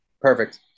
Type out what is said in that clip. Perfect